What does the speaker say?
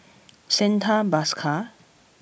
Santha Bhaskar